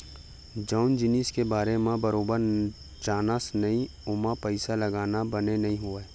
जउन जिनिस के बारे म बरोबर जानस नइ ओमा पइसा लगाना बने नइ होवय